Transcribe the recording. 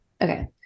Okay